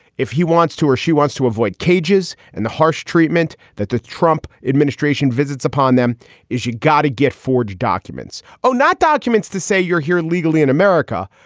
if he wants to her, she wants to avoid cages. and the harsh treatment that the trump administration visits upon them is she got to get forged documents. oh, not documents to say you're here legally in america,